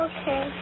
Okay